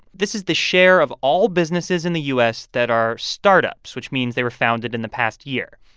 this is the share of all businesses in the u s. that are startups, which means they were founded in the past year.